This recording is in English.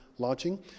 launching